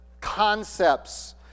concepts